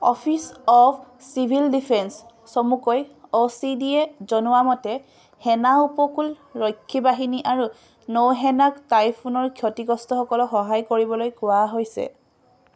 office of civil defence চমুকৈ O C D A জনোৱা মতে সেনা উপকূলৰক্ষী বাহিনী আৰু নৌসেনাক টাইফুনৰ ক্ষতিগ্ৰস্তসকলক সহায় কৰিবলৈ কোৱা হৈছে